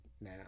now